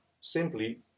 simply